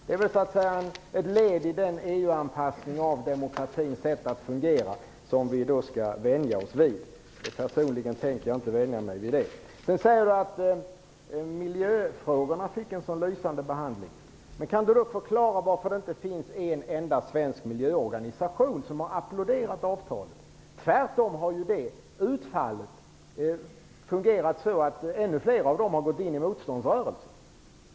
Det är väl ett led i den EU-anpassning av demokratins sätt att fungera som vi skall vänja oss vid. Personligen tänker jag inte vänja mig vid det. Karl Erik Olsson säger att miljöfrågorna fick en så lysande behandling. Kan han då förklara varför det inte finns en enda svensk miljöorganisation som har applåderat avtalet? Tvärtom har utfallet fungerat så, att ännu fler av dem har gått in i motståndsrörelsen.